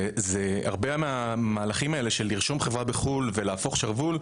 והרבה מהמהלכים האלה של לרשום חברה בחו"ל ולהפוך שרוול,